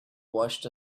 watched